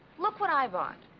look what i bought